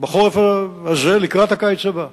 ובחורף הזה, לקראת הקיץ הבא.